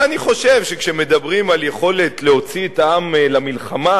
אבל אני חושב שכשמדברים על יכולת להוציא את העם למלחמה,